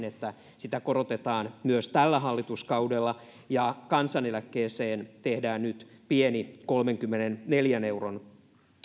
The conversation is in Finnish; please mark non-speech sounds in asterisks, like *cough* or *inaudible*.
*unintelligible* että sitä korotetaan myös tällä hallituskaudella ja kansaneläkkeeseen tehdään nyt pieni kolmenkymmenenneljän euron